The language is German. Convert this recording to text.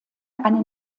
eine